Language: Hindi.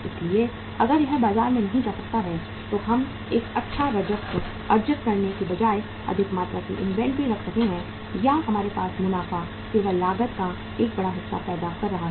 इसलिए अगर यह बाजार में नहीं जा सकता है तो हम एक अच्छा राजस्व अर्जित करने के बजाय अधिक मात्रा में इन्वेंट्री रख रहे हैं या हमारे लिए मुनाफा केवल लागत का एक बड़ा हिस्सा पैदा कर रहा है